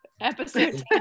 episode